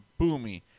Boomy